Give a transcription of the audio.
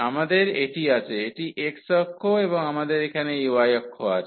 আমাদের এটি আছে এটি x অক্ষ এবং আমাদের এখানে এই y অক্ষ আছে